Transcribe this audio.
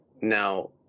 now